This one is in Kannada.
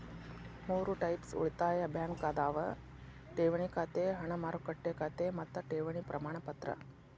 ಮೂರ್ ಟೈಪ್ಸ್ ಉಳಿತಾಯ ಬ್ಯಾಂಕ್ ಅದಾವ ಠೇವಣಿ ಖಾತೆ ಹಣ ಮಾರುಕಟ್ಟೆ ಖಾತೆ ಮತ್ತ ಠೇವಣಿ ಪ್ರಮಾಣಪತ್ರ